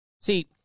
See